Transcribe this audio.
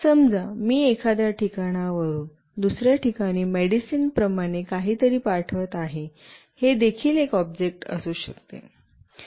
समजा मी एखाद्या ठिकाणाहून दुसर्या ठिकाणी मेडिसिन प्रमाणे काहीतरी पाठवत आहे हे देखील एक ऑब्जेक्ट असू शकते